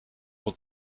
what